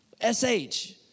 S-H